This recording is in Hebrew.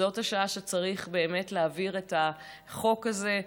זאת השעה שצריך באמת להעביר את החוק הזה?